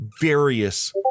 various